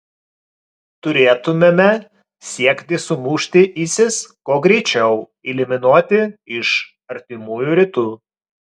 turėtumėme siekti sumušti isis kuo greičiau eliminuoti iš artimųjų rytų